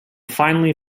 finally